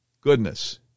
goodness